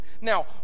Now